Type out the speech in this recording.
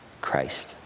Christ